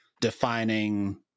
defining